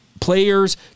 players